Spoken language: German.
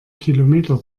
kilometer